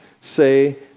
say